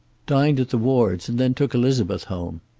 dined at the wards', and then took elizabeth home.